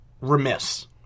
remiss